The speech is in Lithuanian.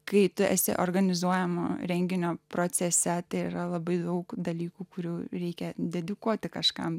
kai tu esi organizuojamo renginio procese tėra labai daug dalykų kurių reikia dedikuoti kažkam